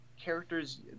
characters